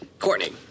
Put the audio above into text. Courtney